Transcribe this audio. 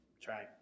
try